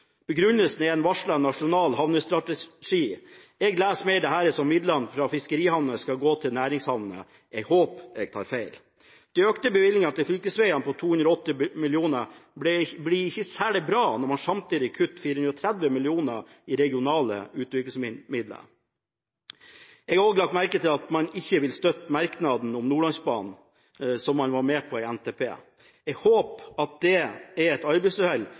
Begrunnelsen er en varslet nasjonal strategi. Jeg leser dette mer som at midlene til fiskerihavnene skal gå til næringshavner. Jeg håper jeg tar feil. De økte bevilgningene til fylkesveier på 280 mill. kr blir ikke særlig bra når man samtidig kutter 430 mill. kr i regionale utviklingsmidler. Jeg har også lagt merke til at man ikke vil støtte merknaden om Nordlandsbanen som man var med på i NTP. Jeg håper at det er et arbeidsuhell